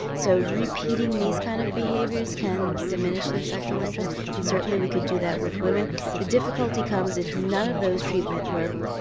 so repeating these kind of behaviours can diminish their sexual interest and certainly we could do that with women. but the difficulty comes if none of those treatments work,